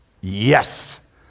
yes